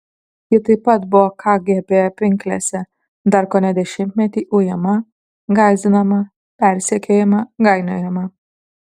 ji taip pat buvo kgb pinklėse dar kone dešimtmetį ujama gąsdinama persekiojama gainiojama